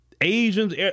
Asians